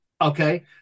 Okay